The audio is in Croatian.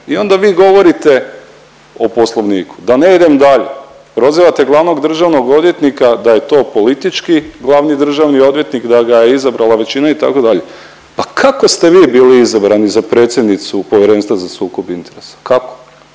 I onda vi govorite o Poslovniku. Da ne idem dalje, prozivate glavnog državnog odvjetnika da je to politički glavni državni odvjetnik, da ga je izabrala većina itd. Pa kako ste vi bili izabrani za predsjednicu Povjerenstva za sukob interesa? Kako?